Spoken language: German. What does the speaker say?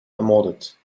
ermordet